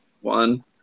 one